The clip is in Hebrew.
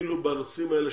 אפילו בנושאים של הצרכנות.